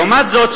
לעומת זאת,